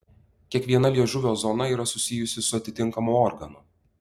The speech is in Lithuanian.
kiekviena liežuvio zona yra susijusi su atitinkamu organu